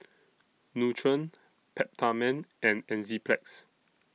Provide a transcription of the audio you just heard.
Nutren Peptamen and Enzyplex